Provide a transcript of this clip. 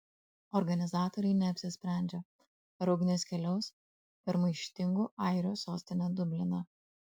organizatoriai neapsisprendžia ar ugnis keliaus per maištingų airių sostinę dubliną